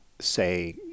say